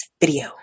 video